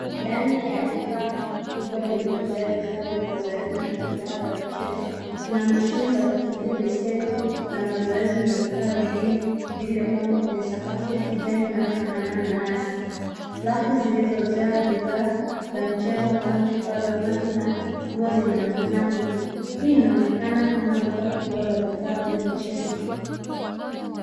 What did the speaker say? Ndani ya duka kubwa lilojaaa vifaa vya mazoezi na bidhaa za michezo. Kuna mashine za kukuimbia, baiskeli za mazoezi na vifaa vingine vilivyopangwa kwenye sakafu ya kijani inayofanana na nyasi. Rafu zilizojaa bidhaa za michezo kama chupa za maji na nguo zinaonekana nyuma. Hii inaonekana kama duka kubwa la vifaa vya mchezo.